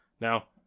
Now